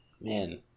Man